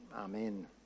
Amen